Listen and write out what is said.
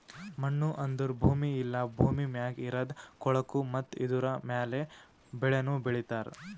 ಮಣ್ಣು ಅಂದುರ್ ಭೂಮಿ ಇಲ್ಲಾ ಭೂಮಿ ಮ್ಯಾಗ್ ಇರದ್ ಕೊಳಕು ಮತ್ತ ಇದುರ ಮ್ಯಾಲ್ ಬೆಳಿನು ಬೆಳಿತಾರ್